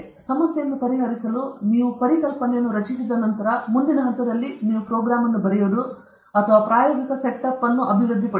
ಸಮಸ್ಯೆಯನ್ನು ಪರಿಹರಿಸಲು ನೀವು ಪರಿಕಲ್ಪನೆಯನ್ನು ಅಥವಾ ಕಲ್ಪನೆಯನ್ನು ರಚಿಸಿದ ನಂತರ ಮುಂದಿನ ಹಂತವು ನೀವು ಪ್ರೋಗ್ರಾಂ ಬರೆಯುವುದು ಅಥವಾ ಪ್ರಾಯೋಗಿಕ ಸೆಟಪ್ ಮತ್ತು ಇವುಗಳೆಲ್ಲವನ್ನೂ ಅಭಿವೃದ್ಧಿಪಡಿಸುತ್ತದೆ